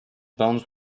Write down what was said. bones